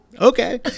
Okay